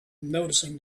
noticing